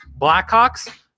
Blackhawks